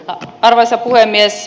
arvoisa puhemies